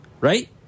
Right